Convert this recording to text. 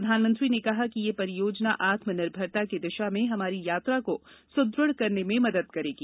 प्रधानमंत्री ने कहा कि यह परियोजना आत्मनिर्भरता की दिशा में हमारी यात्रा को सुदृढ करने में मदद करेगी